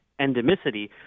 endemicity